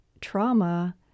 trauma